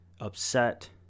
upset